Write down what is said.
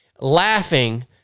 laughing